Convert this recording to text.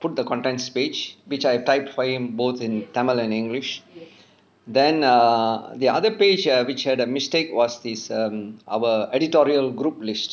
put the contents page which I typed for him both in tamil and english then err the other page err which had a mistake was his um our editorial group list